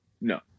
No